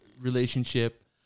relationship